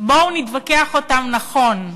בואו נתווכח אותן נכון.